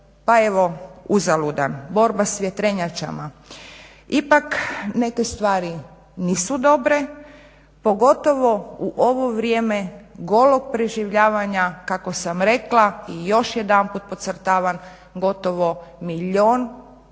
pa evo uzaludan, borba s vjetrenjačama. Ipak neke stvari nisu dobre, pogotovo u ovo vrijeme golog preživljavanja kako sam rekla i još jedanput podcrtavam gotovo milijun i